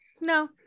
no